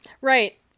Right